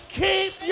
keep